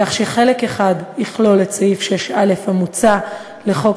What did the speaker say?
כך שחלק אחד יכלול את סעיף 6א המוצע לחוק